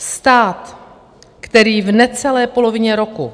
Stát, který v necelé polovině roku,